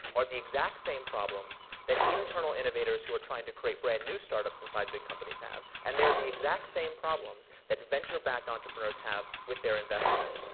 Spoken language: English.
are the exact same problems that internal innovators who are trying to create brand new startups inside big companies have. and they're the exact same problems that venture-backed entrepreneurs have with their investors.